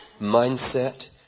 mindset